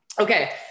Okay